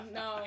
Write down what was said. no